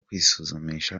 kwisuzumisha